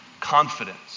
confidence